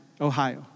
Ohio